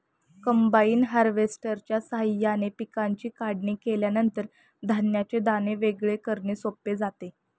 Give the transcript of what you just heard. combine हार्वेस्टरच्या साहाय्याने पिकांची काढणी केल्यानंतर धान्याचे दाणे वेगळे करणे सोपे जाते